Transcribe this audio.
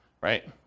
right